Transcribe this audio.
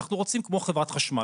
אנחנו רוצים כמו חברת חשמל,